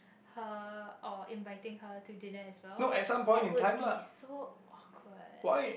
her or inviting her to dinner as well Pet would be so awkward